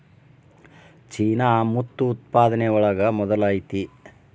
ಚೇನಾ ಮುತ್ತು ಉತ್ಪಾದನೆ ಒಳಗ ಮೊದಲ ಐತಿ